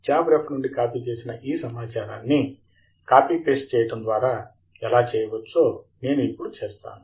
job ref నుండి copy చేసిన ఈ సమాచారాన్నికాపీ పేస్ట్ చేయటం ద్వారా ఎలా చేయవచ్చో నేను ఇప్పుడు చేస్తాను